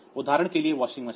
उदाहरण के लिए वॉशिंग मशीन